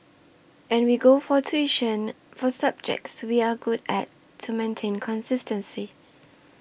and we go for tuition for subjects we are good at to maintain consistency